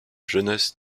jeunesse